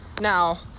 Now